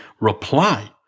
reply